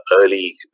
early